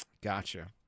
Gotcha